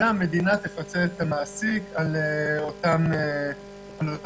והמדינה תפצה את המעסיק על אותן עלויות